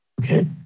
Okay